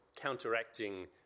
counteracting